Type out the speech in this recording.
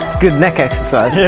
good neck exercise! yeah